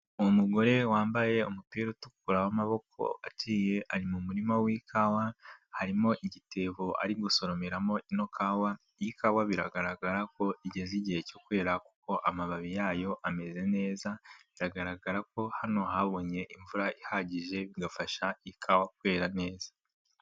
Umugore wambaye umupira utukura w'amaboko aciye ari mu murima w'ikawa, harimo igitebo ari gusoromeramo ino kawa, iyi kawa biragaragara ko igeze igihe cyo kwera kuko amababi yayo ameze neza, biragaragara ko hano habonye imvura ihagije bigafasha ikawa kwera neza.